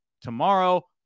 tomorrow